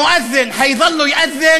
(אומר בערבית: המאזין ימשיך לקרוא